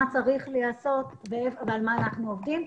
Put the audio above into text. מה צריך להיעשות ועל מה אנחנו עובדים.